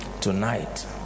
Tonight